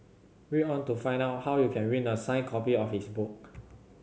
read on to find out how you can win a signed copy of his book